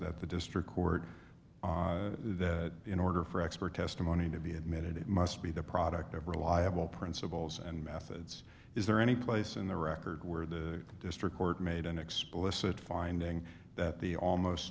that the district court in order for expert testimony to be admitted it must be the product of reliable principles and methods is there any place in the record where the district court made an explicit finding that the almost